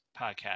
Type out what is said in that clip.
podcast